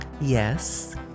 Yes